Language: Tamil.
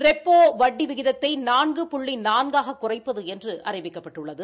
ரெப்போ வட்டி வீதத்தை நான்கு புள்ளி நான்காக குறைப்பது என்று அறிவிக்கப்பட்டுள்ளது